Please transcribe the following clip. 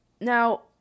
Now